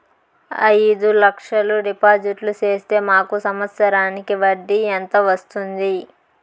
అయిదు లక్షలు డిపాజిట్లు సేస్తే మాకు సంవత్సరానికి వడ్డీ ఎంత వస్తుంది?